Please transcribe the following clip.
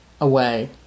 away